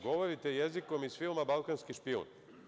Govorite jezikom iz filma „Balkanski špijun“